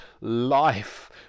life